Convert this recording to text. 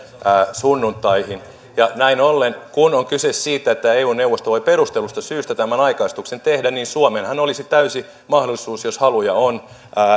sunnuntaihin näin ollen kun on kyse siitä että eun neuvosto voi perustellusta syystä tämän aikaistuksen tehdä niin suomellahan olisi täysi mahdollisuus jos haluja on